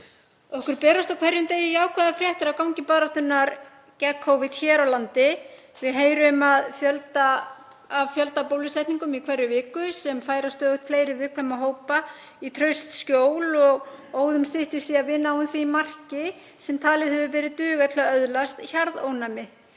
Okkur berast á hverjum degi jákvæðar fréttir af gangi baráttunnar gegn Covid hér á landi. Við heyrum af fjöldabólusetningum í hverri viku sem færa stöðugt fleiri viðkvæma hópa í traust skjól og óðum styttist í að við náum því marki sem talið hefur verið duga til að öðlast hjarðónæmi.